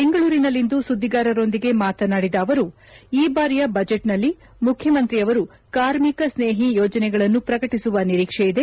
ಬೆಂಗಳೂರಿನಲ್ಲಿಂದು ಸುದ್ದಿಗಾರರೊಂದಿಗೆ ಮಾತನಾಡಿದ ಅವರು ಈ ಬಾರಿಯ ಬಜೆಟ್ನಲ್ಲಿ ಮುಖ್ಯಮಂತ್ರಿಯವರು ಕಾರ್ಮಿಕ ಸ್ನೇಹಿ ಯೋಜನೆಗಳನ್ನು ಪ್ರಕಟಿಸುವ ನಿರೀಕ್ಷೆಯಿದೆ